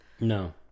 No